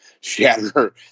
shatter